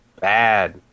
bad